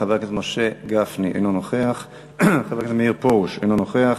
חבר הכנסת משה גפני, אינו נוכח.